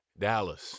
dallas